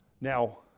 Now